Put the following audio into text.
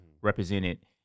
represented